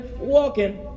walking